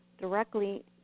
directly